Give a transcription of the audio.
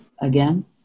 again